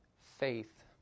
faith